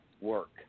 work